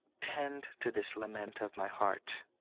tend to this lament of my heart.